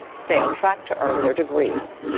stay on track to earn their degrees.